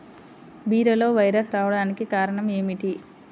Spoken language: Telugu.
బీరలో వైరస్ రావడానికి కారణం ఏమిటి?